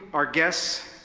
our guests,